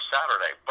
Saturday